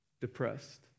depressed